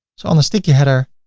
so on the sticky header,